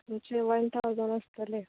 तुमचे one thousand आसतले